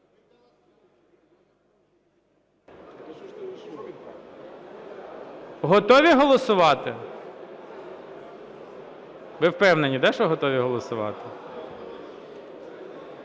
Готові голосувати? Ви впевнені, що готові голосувати?